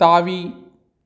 தாவி